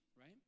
right